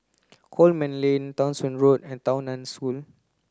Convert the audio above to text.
Coleman Lane Townshend Road and Tao Nan School